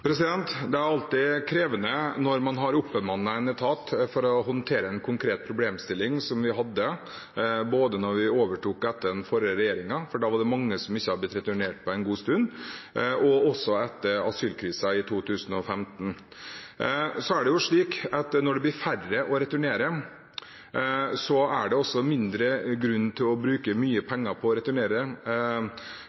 Det er alltid krevende når man har oppbemannet en etat for å håndtere en konkret problemstilling, som vi hadde både da vi overtok etter den forrige regjeringen – da var det mange som ikke hadde blitt returnert på en god stund – og etter asylkrisen i 2015. Når det blir færre å returnere, er det også mindre grunn til å bruke mye